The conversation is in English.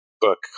book